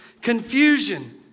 confusion